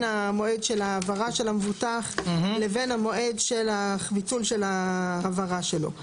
המועד של ההעברה של המבוטח לבין המועד של הביטול של ההעברה שלו.